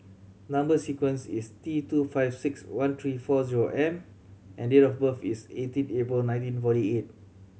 number sequence is T two five six one three four zero M and date of birth is eighteen April nineteen forty eight